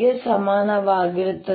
ಗೆ ಸಮಾನವಾಗಿರುತ್ತದೆ